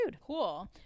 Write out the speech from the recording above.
cool